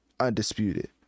undisputed